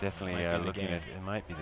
definitely are looking at it might be